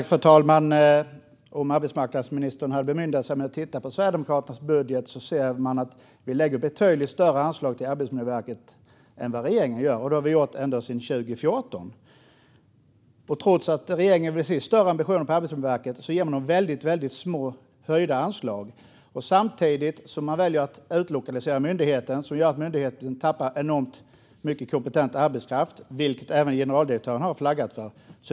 Fru talman! Om arbetsmarknadsministern hade bemödat sig och tittat på Sverigedemokraternas budget hade hon sett att vi lägger ett betydligt större anslag på Arbetsmiljöverket än vad regeringen gör. Det har vi gjort ända sedan 2014. Trots att regeringen säger sig ha större ambition för Arbetsmiljöverket är höjningen av anslaget väldigt liten. Samtidigt väljer man att utlokalisera myndigheten, vilket gör att myndigheten tappar enormt mycket kompetent arbetskraft. Detta har även generaldirektören flaggat för.